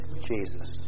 Jesus